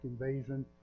invasion